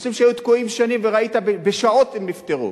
בנושאים שהיו תקועים שנים, וראית שבשעות הם נפתרו,